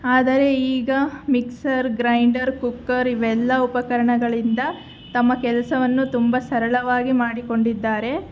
ಆದರೆ ಈಗ mixer grinder cooker ಇವೆಲ್ಲ ಉಪಕರಣಗಳಿಂದ ತಮ್ಮ ಕೆಲಸವನ್ನು ತುಂಬ ಸರಳವಾಗಿ ಮಾಡಿಕೊಂಡಿದ್ದಾರೆ